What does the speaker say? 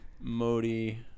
Modi